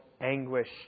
anguish